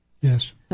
Yes